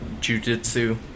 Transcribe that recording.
jujitsu